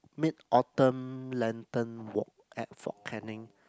Mid Autumn lantern walk at Fort-Canning